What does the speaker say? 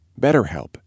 BetterHelp